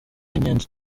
inyenzi